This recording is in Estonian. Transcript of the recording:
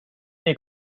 nii